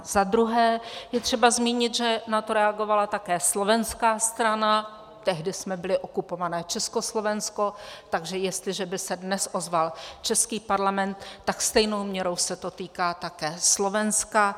Za druhé je třeba zmínit, že na to reagovala také slovenská strana, tehdy jsme byli okupované Československo, takže jestliže by se dnes ozval český Parlament, tak stejnou měrou se to týká také Slovenska.